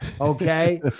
Okay